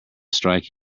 strike